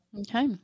Okay